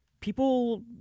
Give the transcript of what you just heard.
People